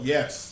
Yes